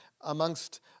amongst